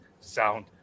sound